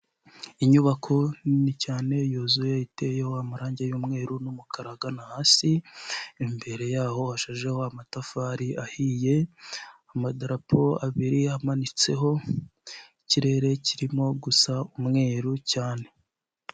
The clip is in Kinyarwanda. Inyubako nini cyane yuzuye iteyeho amarangi y'umweru n'umuka ahagana hasi, imbere yaho hashasheho amatafari ahiye, amadarapo abiri amanitseho, ikirere kirimo gusa umweru cyane.